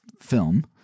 film